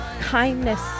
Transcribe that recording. kindness